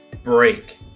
break